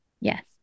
Yes